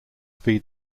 feed